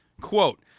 Quote